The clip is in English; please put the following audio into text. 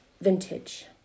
vintage